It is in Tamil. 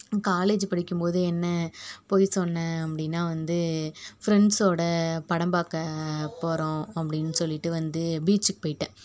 காலேஜ் படிக்கும்போது என்ன பொய் சொன்னேன் அப்படின்னா வந்து ஃப்ரெண்ட்ஸோடு படம் பார்க்க போகிறோம் அப்படின்னு சொல்லிவிட்டு வந்து பீச்சுக்கு போயிட்டேன்